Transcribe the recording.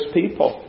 people